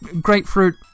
Grapefruit